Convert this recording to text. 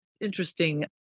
interesting